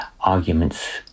arguments